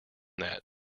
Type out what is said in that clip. that